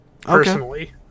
personally